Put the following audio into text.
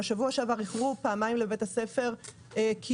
ולדוגמה בשבוע שעבר איחרו פעמיים לבית הספר כי